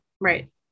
Right